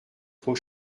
trop